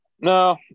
No